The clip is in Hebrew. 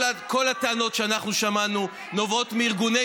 כל הטענות שאנחנו שמענו נובעות מארגוני